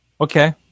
Okay